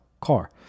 car